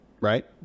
Right